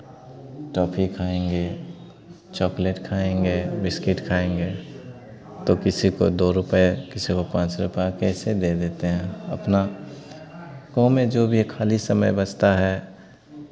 toffee खाएँगे chocolate खाएँगे biscuit खाएँगे तो किसी को दो रुपए किसी को पाँच रुपए कैसे दे देते हैं अपना गाँव में जो भी है खाली समय बचता है